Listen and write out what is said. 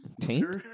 Taint